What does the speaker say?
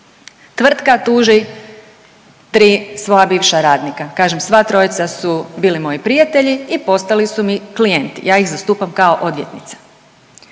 Tvrtka tuži tri svoja bivša radnika, kažem sva trojica su bili moji prijatelji i postali su mi klijenti, ja ih zastupam kao odvjetnica.